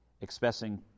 expressing